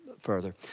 further